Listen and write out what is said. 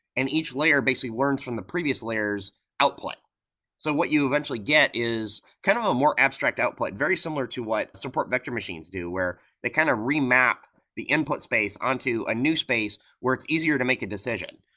and each layer basically learns from the previous layer s output so what you eventually get is kind of a more abstract output, very similar to what support vector machines do, where they kind of remap the input space on to a new space, where it's easier to make a decision.